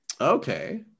Okay